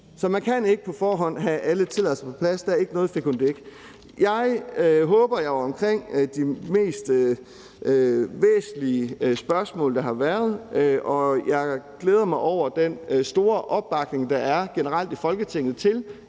Så man kan ikke på forhånd have alle tilladelser på plads. Der er ikke noget fikumdik i det. Jeg håber, at jeg har været omkring de mest væsentlige spørgsmål, der har været. Jg glæder mig over den store opbakning, der er generelt i Folketinget til,